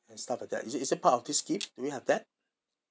and stuff like that is is it a part of this scheme do we have that